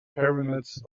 pyramids